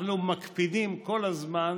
אנחנו מקפידים כל הזמן